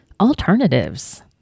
alternatives